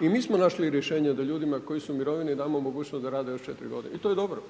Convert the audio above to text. I mi smo našli rješenje da ljudima koji su u mirovini damo mogućnost da rade još 4 godine, i to je dobro.